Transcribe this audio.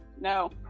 No